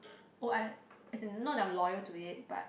oh I as in not I'm loyal to it but